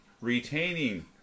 retaining